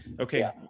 Okay